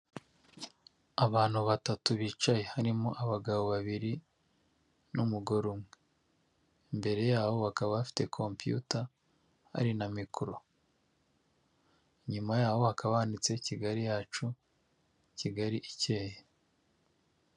Abantu batatu bicaye harimo abagabo babiri n'umugore umwe mbere yabo bakaba bafite komputa hari na mikoro inyuma yabo hakaba handitseho Kigali yacu kigali ikeye.